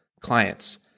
clients